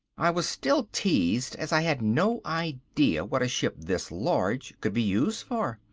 i was still teased, as i had no idea what a ship this large could be used for.